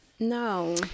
No